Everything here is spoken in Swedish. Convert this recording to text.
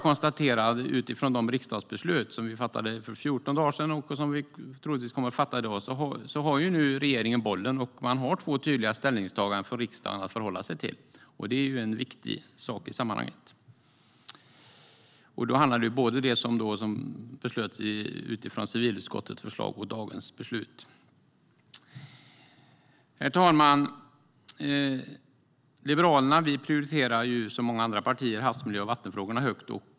Efter det riksdagsbeslut som vi fattade för 14 dagar sedan och det beslut som vi troligtvis kommer att fatta i dag har regeringen bollen, och man har nu två tydliga ställningstaganden från riksdagen att förhålla sig till. Det är viktigt i sammanhanget. Det handlar både om det som beslutades utifrån civilutskottets förslag och om dagens beslut. Liberalerna prioriterar, som många andra partier, havsmiljö och vattenfrågorna högt.